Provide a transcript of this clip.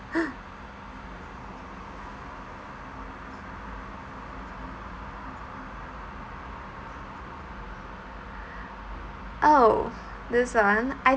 oh that's the one I